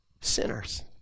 sinners